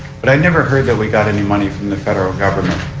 but i never heard that we got any money from the federal government.